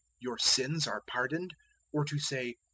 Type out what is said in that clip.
your sins are pardoned or to say,